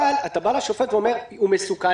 אבל אתה בא לשופט ואומר: הוא מסוכן,